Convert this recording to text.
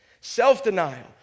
Self-denial